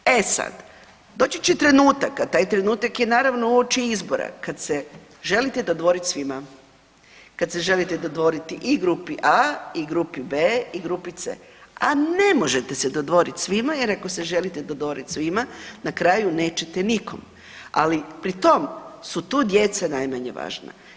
E sad, doći će trenutak, a taj trenutak je naravno uoči izbora kad se želite dodvoriti svima, kad se želite dodvoriti i grupi A i grupi B i grupi C, a ne možete se dodvoriti svima jer ako se želite dodvoriti svima na kraju nećete nikom, ali pri tom su djeca najmanje važna.